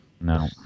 No